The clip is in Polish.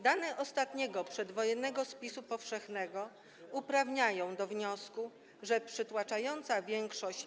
Dane ostatniego przedwojennego spisu powszechnego uprawniają do wniosku, że przytłaczająca większość